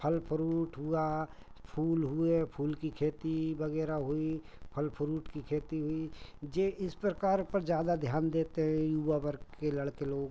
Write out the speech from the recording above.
फल फ्रूट हुआ फूल हुए फूल की खेती वग़ैरह हुई फल फ्रूट की खेती हुई जे इस प्रकार पर ज़्यादा ध्यान देते हैं युवा वर्ग के लड़के लोग